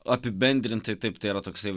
apibendrintai taip tai yra toksai